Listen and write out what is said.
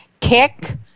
Kick